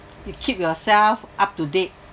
you keep yourself up to date